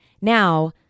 Now